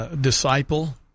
Disciple